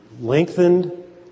lengthened